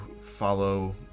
follow